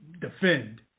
defend